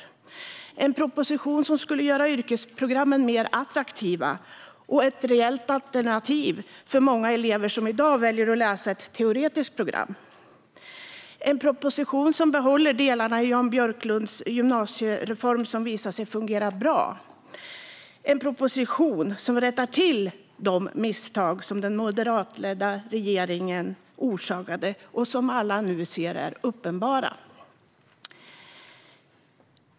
Den skulle göra yrkesprogrammen mer attraktiva och göra dem till ett reellt alternativ för många elever som i dag väljer att läsa ett teoretiskt program. Den behåller de delar i Jan Björklunds gymnasiereform som visat sig fungera bra och rättar till de misstag som den moderatledda regeringen orsakade och som alla nu ser är uppenbara.